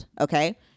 okay